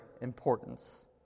importance